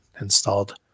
installed